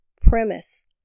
premise